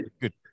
Good